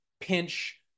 pinch